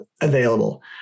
available